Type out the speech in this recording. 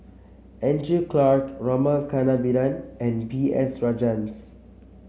Andrew Clarke Rama Kannabiran and B S Rajhans